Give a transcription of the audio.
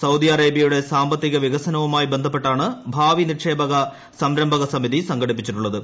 സൌദിഅറേബ്യയുടെ സാമ്പത്തിക വികസനവുമായി ബന്ധപ്പെട്ടാണ് ഭാവി നിക്ഷേപ സംരംഭക സമിതി സംഘടിപ്പിച്ചിട്ടുള്ളത്